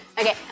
Okay